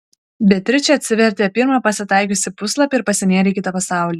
beatričė atsivertė pirmą pasitaikiusį puslapį ir pasinėrė į kitą pasaulį